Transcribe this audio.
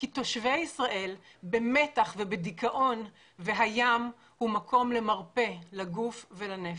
בגלל שתושבי ישראל במתח ובדיכאון והים הוא מקום מרפא לגוף ולנפש.